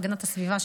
להגנת הסביבה,